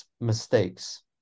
mistakes